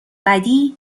بدی